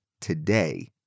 today